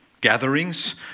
gatherings